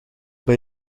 bij